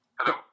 Hello